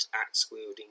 axe-wielding